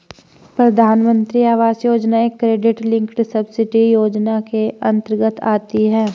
प्रधानमंत्री आवास योजना एक क्रेडिट लिंक्ड सब्सिडी योजना के अंतर्गत आती है